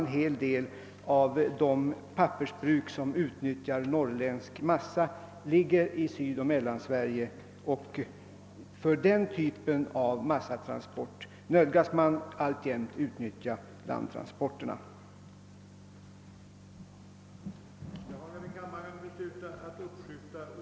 En hel del av de pappersbruk som utnyttjar norrländsk massa är dock så lokaliserade att man nödgas utnyttja landtransport av massan.